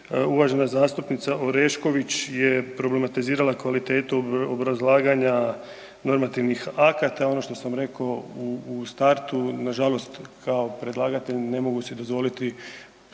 Uvažena zastupnica Orešković je problematizirala kvalitetu obrazlaganja normativnih akata. Ono što sam rekao u startu, nažalost kao predlagatelj ne mogu si dozvoliti